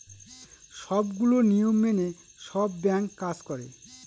সবগুলো নিয়ম মেনে সব ব্যাঙ্ক কাজ করে